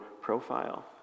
profile